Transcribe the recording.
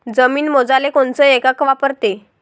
जमीन मोजाले कोनचं एकक वापरते?